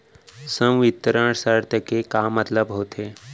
संवितरण शर्त के का मतलब होथे?